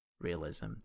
realism